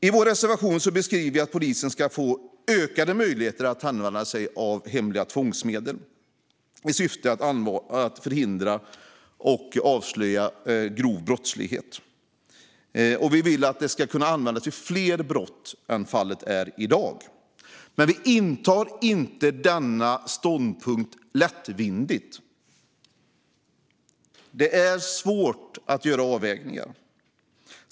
I vår reservation skriver vi socialdemokrater att polisen ska få ökade möjligheter att använda sig av hemliga tvångsmedel i syfte att förhindra och avslöja grov brottslighet. Vi vill att de ska kunna användas vid fler brott än vad fallet är i dag - men vi intar inte denna ståndpunkt lättvindigt. Det är svårt att göra avvägningar.